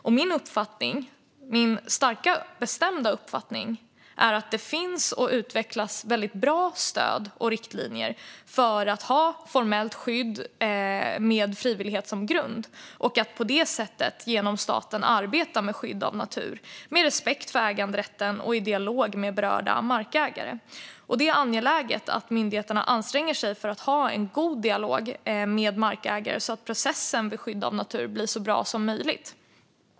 Min uppfattning, min starka och bestämda uppfattning, är att det finns och utvecklas väldigt bra stöd och riktlinjer för att ha formellt skydd med frivillighet som grund och på det sättet genom staten arbeta med skydd av natur med respekt för äganderätten och i dialog med berörda markägare. Det är angeläget att myndigheterna anstränger sig för att ha en god dialog med markägare så att processen för skydd av natur blir så bra som möjligt.